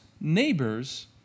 neighbors